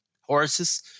horses